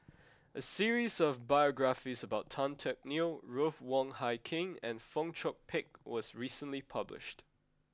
a series of biographies about Tan Teck Neo Ruth Wong Hie King and Fong Chong Pik was recently published